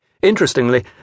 Interestingly